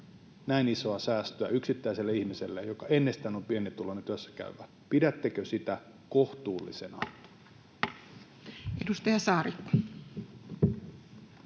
näin isoa säästöä yksittäiselle ihmiselle, joka ennestään on pienituloinen työssäkäyvä, kohtuullisena? [Speech